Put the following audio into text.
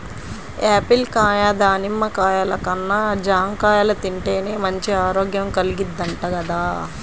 Apple కాయ, దానిమ్మ కాయల కన్నా జాంకాయలు తింటేనే మంచి ఆరోగ్యం కల్గిద్దంట గదా